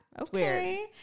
okay